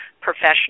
professional